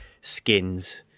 skins